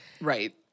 Right